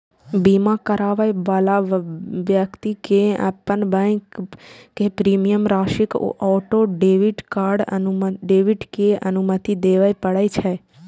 बीमा कराबै बला व्यक्ति कें अपन बैंक कें प्रीमियम राशिक ऑटो डेबिट के अनुमति देबय पड़ै छै